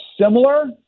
similar